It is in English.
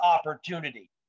opportunity